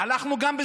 תודה לך.